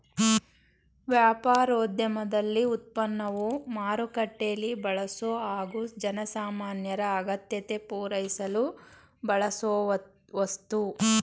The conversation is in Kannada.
ವ್ಯಾಪಾರೋದ್ಯಮದಲ್ಲಿ ಉತ್ಪನ್ನವು ಮಾರುಕಟ್ಟೆಲೀ ಬಳಸೊ ಹಾಗು ಜನಸಾಮಾನ್ಯರ ಅಗತ್ಯತೆ ಪೂರೈಸಲು ಬಳಸೋವಸ್ತು